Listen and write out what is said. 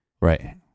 right